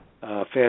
fast